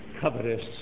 covetous